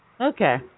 Okay